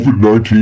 COVID-19